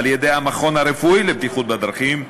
על-ידי המכון הרפואי לבטיחות בדרכים,